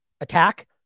attack